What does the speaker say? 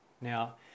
Now